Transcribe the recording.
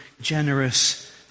generous